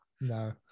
no